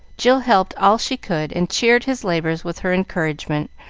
jill helped all she could, and cheered his labors with her encouragement,